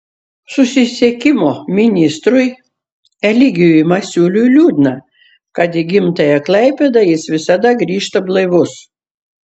susisiekimo ministrui eligijui masiuliui liūdna kad į gimtąją klaipėdą jis visada grįžta blaivus